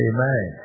Amen